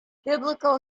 biblical